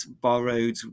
borrowed